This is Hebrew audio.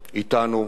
אתנו,